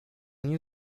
nie